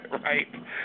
Right